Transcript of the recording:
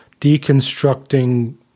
deconstructing